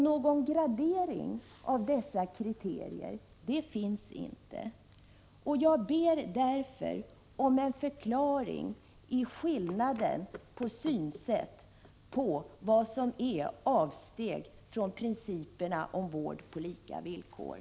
Någon gradering av dessa kriterier finns inte, och jag ber därför om en förklaring till skillnaden i synsätt på vad som är avsteg från principen om vård på lika villkor.